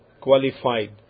qualified